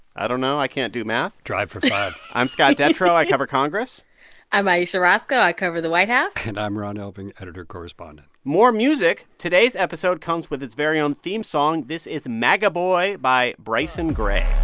i don't know. i can't do math drive for five i'm scott detrow. i cover congress i'm ayesha rascoe. i cover the white house and i'm ron elving, editor correspondent more music today's episode comes with its very own theme song. this is maga boy by bryson gray